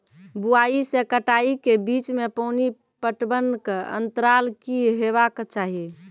बुआई से कटाई के बीच मे पानि पटबनक अन्तराल की हेबाक चाही?